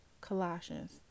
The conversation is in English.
Colossians